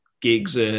gigs